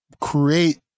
create